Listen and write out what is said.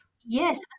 Yes